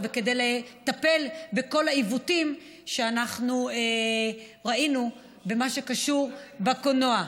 וכדי לטפל בכל העיוותים שאנחנו ראינו במה שקשור בקולנוע.